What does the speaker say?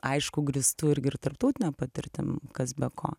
aišku grįstų irgi ir tarptautine patirtim kas be ko